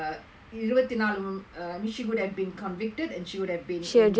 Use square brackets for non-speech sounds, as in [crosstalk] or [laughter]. இருபத்தி நாலு:irubathi naalu [noise] she would have been convicted and been in jail